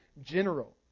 general